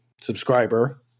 subscriber